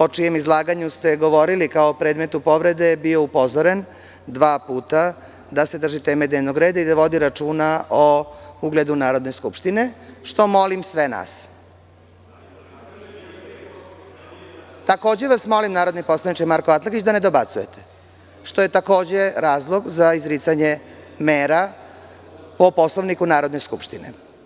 o čijem izlaganju ste govorili kao predmetu povrede je upozoren dva puta da se drži teme dnevnog reda i da vodi računa o ugledu Narodne skupštine, što molim sve narodne poslanike. (Marko Atlagić, sa mesta: Držite se vi Poslovnika.) Narodni poslaniče, molim vas da ne dobacujete, što je takođe razlog za izricanje mera po Poslovniku Narodne skupštine.